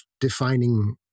defining